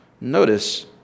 Notice